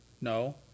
No